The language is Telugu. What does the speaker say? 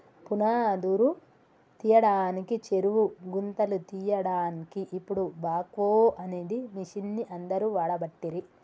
పునాదురు తీయడానికి చెరువు గుంతలు తీయడాన్కి ఇపుడు బాక్వో అనే మిషిన్ని అందరు వాడబట్టిరి